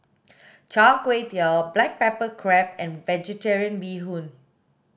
char kway teow black pepper crab and vegetarian bee hoon